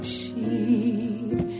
sheep